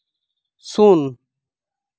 ᱥᱩᱱ